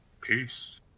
Peace